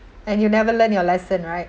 and you'll never learn your lesson right